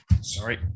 Sorry